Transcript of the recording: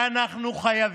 ואנחנו חייבים,